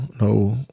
no